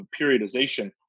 periodization